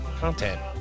content